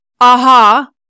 aha